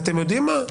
אתם יודעים מה?